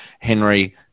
Henry